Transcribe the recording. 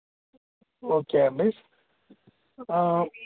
okay అండి